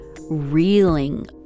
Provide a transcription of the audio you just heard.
reeling